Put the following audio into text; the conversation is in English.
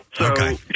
Okay